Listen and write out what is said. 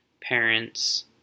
parents